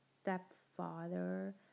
stepfather